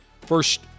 First